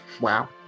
wow